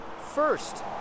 first